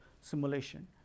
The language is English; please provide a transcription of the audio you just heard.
simulation